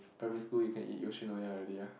primary school you can eat Yoshinoya already ah